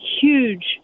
huge